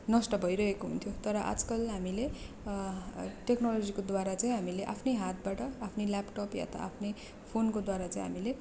नष्ट भइरहेको हुन्थ्यो तर आजकल हामीले टेक्नोलोजीको द्वारा चाहिँ हामीले आफ्नै हातबाट आफ्नै ल्यापटप या त आफ्नै फोनको द्वारा चाहिँ हामीले